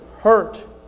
hurt